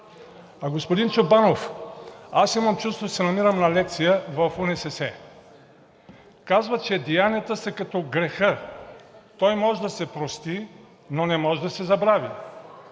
Господин Чобанов, аз имам чувството, че се намирам на лекция в УНСС. Казват, че деянията са като греха – той може да се прости, но не може да се забрави.